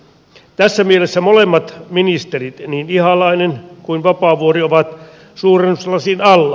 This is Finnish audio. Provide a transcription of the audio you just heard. tässä mielessä molemmat ministerit niin ihalainen kuin vapaavuori ovat suurennuslasin alla